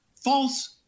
false